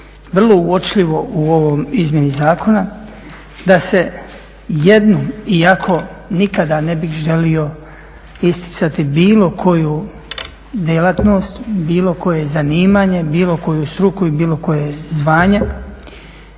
vrlo uočljivo u ovoj izmjeni zakona, da se jednom iako nikada ne bih želio isticati bilo koju djelatnost, bilo koje zanimanje, bilo koju struku i bilo koje zvanje,